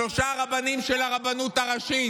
שלושה רבנים של הרבנות הראשית.